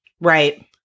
Right